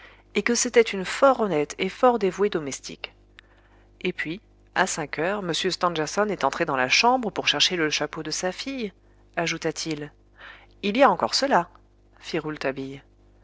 et que c'était une fort honnête et fort dévouée domestique et puis à cinq heures m stangerson est entré dans la chambre pour chercher le chapeau de sa fille ajouta-t-il il y a encore cela